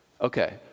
okay